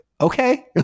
okay